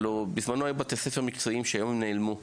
הלא בזמנו היו בתי ספר מקצועיים שהיום הם נעלמו,